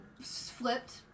flipped